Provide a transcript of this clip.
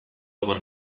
egon